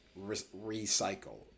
recycle